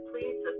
Please